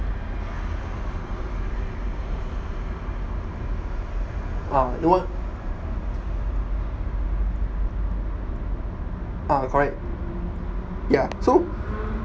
ah no~ ah correct ya so